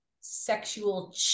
sexual